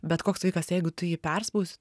bet koks vaikas jeigu tu jį perspausi